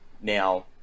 Now